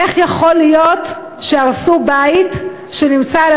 איך יכול להיות שהרסו בית שנמצא על